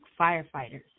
firefighters